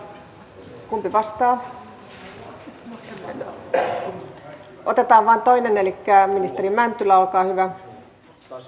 otetaan vain toinen elikkä ministeri mäntylä olkaa hyvä